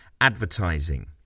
advertising